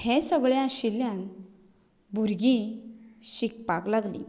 हें सगळें आशिल्ल्यान भुरगीं शिकपाक लागलीं